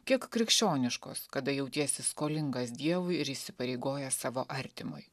kiek krikščioniškos kada jautiesi skolingas dievui ir įsipareigojęs savo artimui